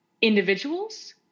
individuals